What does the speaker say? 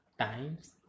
Times